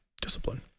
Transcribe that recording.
discipline